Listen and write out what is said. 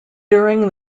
during